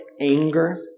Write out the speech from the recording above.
anger